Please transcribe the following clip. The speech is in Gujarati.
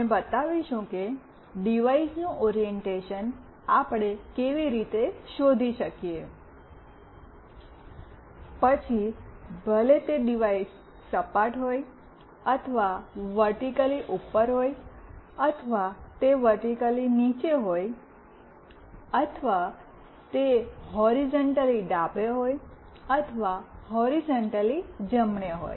અમે બતાવીશું કે ડિવાઇસનું ઑરિએન્ટેશન ઓરિએંટશન આપણે કેવી રીતે શોધી શકીએ પછી ભલે ડિવાઇસ સપાટ હોય અથવા વર્ટિક્લી ઉપર હોય અથવા તે વર્ટિક્લી નીચે હોય અથવા તે હૉરિઝૉન્ટલી ડાબે હોય અથવા તે હૉરિઝૉન્ટલી જમણે છે